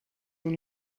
mir